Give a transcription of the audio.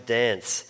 dance